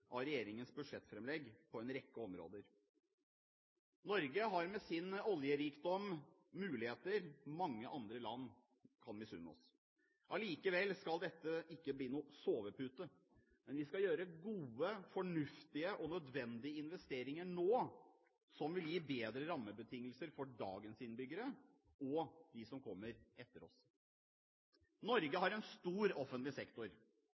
av regjeringens budsjettframlegg på en rekke områder: Norge har med sin oljerikdom muligheter mange andre land kan misunne oss. Allikevel skal dette ikke bli noen sovepute. Men vi skal gjøre gode, fornuftige og nødvendige investeringer nå, som vil gi bedre rammebetingelser for dagens innbyggere og dem som kommer etter oss. Norge har en stor offentlig sektor.